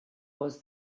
was